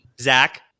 Zach